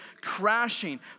crashing